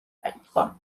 დაიწყო